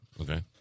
okay